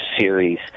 series